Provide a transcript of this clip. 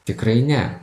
tikrai ne